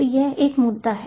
तो यह एक मुद्दा है